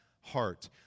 heart